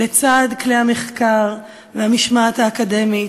לצד כלי המחקר והמשמעת האקדמית,